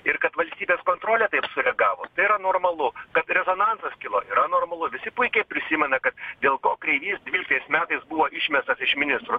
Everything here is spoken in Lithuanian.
ir kad valstybės kontrolė taip sureagavo tai yra normalu kad rezonansas kilo yra normalu visi puikiai prisimena kad dėl ko kreivys dvyliktais metais buvo išmestas iš ministrų